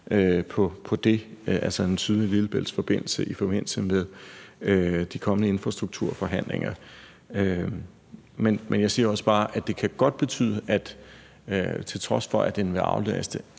på det, altså en sydlig Lillebæltsforbindelse, i forbindelse med de kommende infrastrukturforhandlinger. Men jeg siger også bare, at det godt kan betyde, at det, til trods for at den antagelsesvis